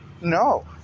no